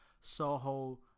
Soho